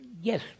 yes